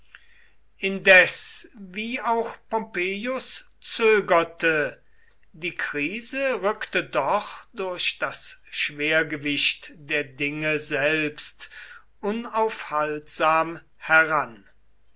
indes wie auch pompeius zögerte die krise rückte doch durch das schwergewicht der dinge selbst unaufhaltsam heran